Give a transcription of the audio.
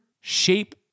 shape